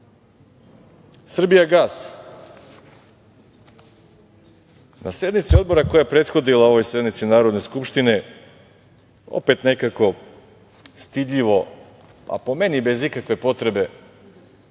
Srbiju.„Srbijagas“, na sednici odbora koja je prethodila ovoj sednici Narodne skupštine opet nekako stidljivo, a po meni bez ikakve potrebe,